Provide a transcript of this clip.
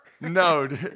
No